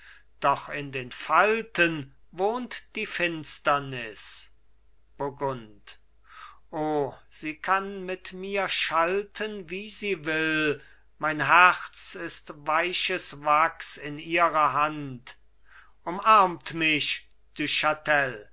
doch in den falten wohnt die finsternis burgund o sie kann mit mir schalten wie sie will mein herz ist weiches wachs in ihrer hand umarmt mich